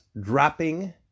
dropping